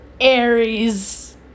Aries